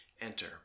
enter